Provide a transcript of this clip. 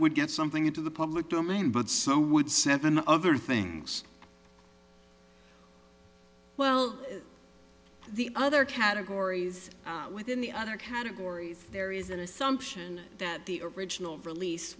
would get something into the public domain but so would seven other things well the other categories within the other categories there is an assumption that the original release